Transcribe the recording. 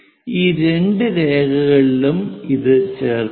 ഈ രണ്ട് രേഖകളിലും ഇത് ചേർക്കുക